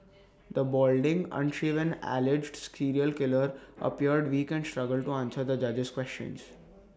the balding unshaven alleged serial killer appeared weak and struggled to answer the judge's questions